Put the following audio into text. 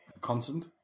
constant